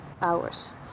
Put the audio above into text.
hours